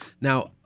Now